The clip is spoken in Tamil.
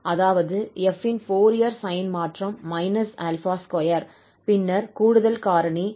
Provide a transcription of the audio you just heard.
அதாவது 𝑓 இன் ஃபோரியர் சைன் மாற்றம் −𝛼2 பின்னர் கூடுதல் காரணி 2f ஆகும்